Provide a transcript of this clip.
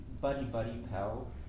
buddy-buddy-pal